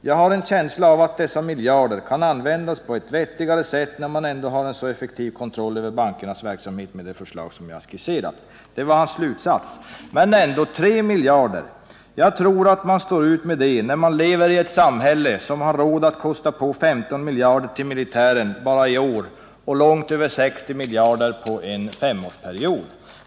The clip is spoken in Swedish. Jag har en känsla av att dessa miljarder kan användas på ett vettigare sätt, när man ändå har en så effektiv kontroll över bankernas verksamhet med det förslag jag har skisserat.” Det var hans slutsats. Men jag tror ändå att man står ut med 3 miljarder, när man lever i ett samhälle som har råd att kusta på 15 miljarder till militären varje år och långt över 60 miljarder under en femårsperiod.